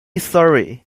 sorry